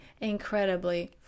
incredibly